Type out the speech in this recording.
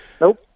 Nope